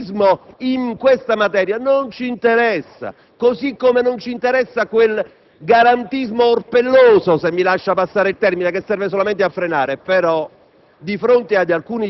Il giustizialismo in questa materia non ci interessa, così come non ci interessa quel garantismo orpelloso - se mi lascia passare il termine - che serve solamente a frenare.